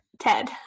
Ted